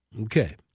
Okay